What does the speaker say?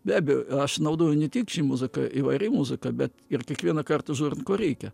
be abejo aš naudoju ne tik ši muzika įvairi muzika bet ir kiekvieną kartą žiūrint ko reikia